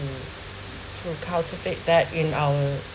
to to cultivate that in our